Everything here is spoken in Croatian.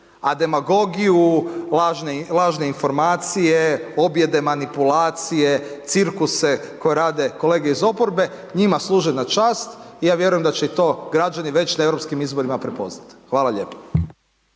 a demagogiju, lažne informacije, objede manipulacije, cirkuse koje rade kolege iz oporbe, njima služe na čast, ja vjerujem da će i to građani već na europskim izborima prepoznat, hvala lijepo.